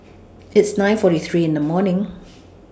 It's nine forty three in The morning